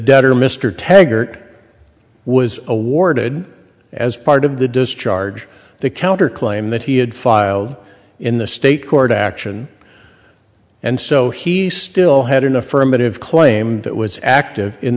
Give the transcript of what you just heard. debt or mr taggart was awarded as part of the discharge the counter claim that he had filed in the state court action and so he still had an affirmative claim that was active in